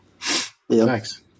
Thanks